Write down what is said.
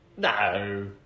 No